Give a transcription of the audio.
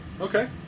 Okay